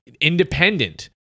independent